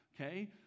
okay